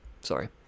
Sorry